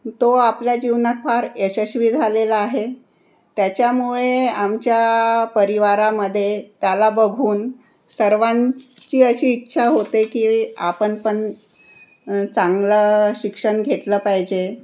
तो आपल्या जीवनात फार यशस्वी झालेला आहे त्याच्यामुळे आमच्या परिवारामध्ये त्याला बघून सर्वांची अशी इच्छा होते की आपण पण चांगलं शिक्षण घेतलं पाहिजे